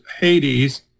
Hades